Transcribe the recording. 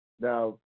Now